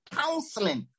counseling